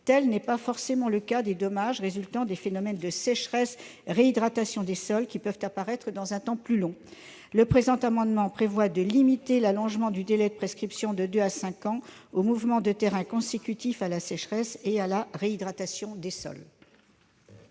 tel n'est pas forcément le cas des dommages résultant des phénomènes de sécheresse-réhydratation des sols, qui peuvent apparaître dans un temps plus long. Le présent amendement tend à limiter l'allongement du délai de prescription de deux à cinq ans aux mouvements de terrain consécutifs à la sécheresse et à la réhydratation des sols.